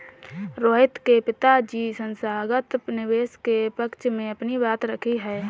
रोहित के पिताजी संस्थागत निवेशक के पक्ष में अपनी बात रखी